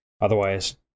otherwise